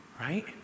right